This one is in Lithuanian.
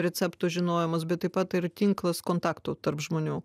receptų žinojimas bet taip pat ir tinklas kontaktų tarp žmonių